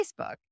Facebook